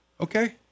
Okay